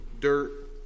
dirt